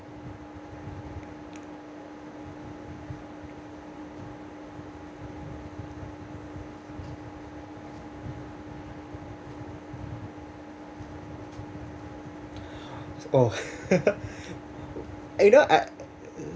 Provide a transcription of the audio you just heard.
oh eh you know I